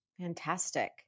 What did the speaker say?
Fantastic